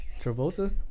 Travolta